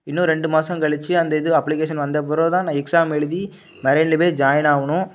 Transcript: இன்னும் ரெண்டு மாதம் கழிச்சி அந்த இது அப்ளிகேஷன் வந்தப்பிறவு தான் நான் எக்ஸாம் எழுதி மெரெய்னில் போய் ஜாயின் ஆகணும்